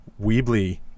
Weebly